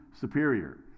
superior